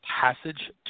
Passage